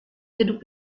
gedung